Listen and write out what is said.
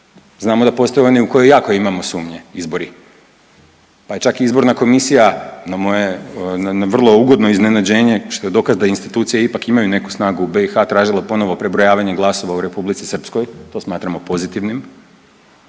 znamo da postoje oni u koje jako imamo sumnje izbori, pa je čak i izborna komisija na moje na vrlo ugodno iznenađenje, što je dokaz da institucije ipak imaju neku snagu u BiH, tražile ponovo prebrojavanje glasova u Republici Srpskoj, to smatramo pozitivnim.